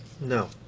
No